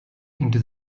into